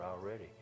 already